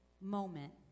moment